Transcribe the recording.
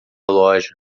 loja